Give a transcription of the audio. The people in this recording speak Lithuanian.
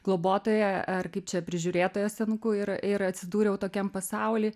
globotoją ar kaip čia prižiūrėtoją senukų ir ir atsidūriau tokiam pasauly